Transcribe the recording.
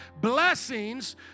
blessings